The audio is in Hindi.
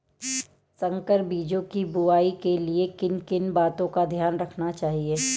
संकर बीजों की बुआई के लिए किन किन बातों का ध्यान रखना चाहिए?